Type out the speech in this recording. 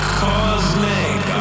cosmic